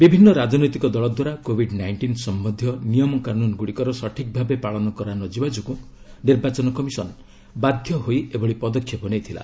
ବିଭିନ୍ନ ରାଜନୈତିକ ଦଳ ଦ୍ୱାରା କୋବିଡ୍ ନାଇଷ୍ଟିନ୍ ସମ୍ୟନ୍ଧୀୟ ନିୟମକାନୁନ୍ ଗୁଡ଼ିକର ସଠିକ୍ ଭାବେ ପାଳନ କରାନଯିବା ଯୋଗୁଁ ନିର୍ବାଚନ କମିଶନ୍ ବାଧ୍ୟ ହୋଇ ଏଭଳି ପଦକ୍ଷେପ ନେଇଥିଲା